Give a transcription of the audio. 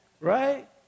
Right